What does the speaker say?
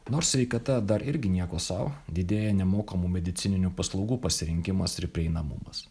nors sveikata dar irgi nieko sau didėja nemokamų medicininių paslaugų pasirinkimas ir prieinamumas